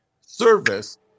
service